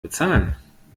bezahlen